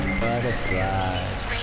butterflies